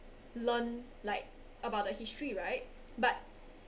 learn like about the history right but